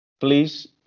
please